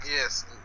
Yes